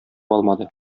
алмады